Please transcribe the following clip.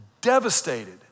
Devastated